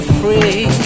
free